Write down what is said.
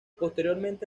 posteriormente